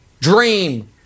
Dream